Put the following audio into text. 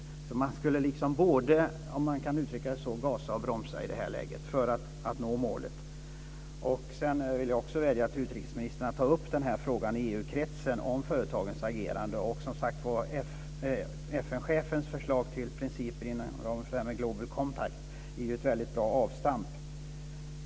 Man borde, om man kan uttrycka det så, både gasa och bromsa i det här läget för att nå målet. Jag vill också vädja till utrikesministern att ta upp frågan i EU-kretsen om företagens agerande. Som sagt var är FN-chefens förslag till principer inom ramen för Global Compact ett väldigt bra avstamp.